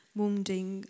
wounding